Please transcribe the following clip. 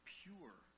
pure